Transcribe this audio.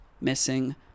missing